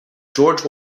george